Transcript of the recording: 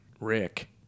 Rick